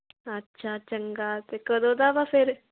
ਅੱਛਾ ਚੰਗਾ ਤਾਂ ਕਦੋਂ ਦਾ ਵਾ ਫਿਰ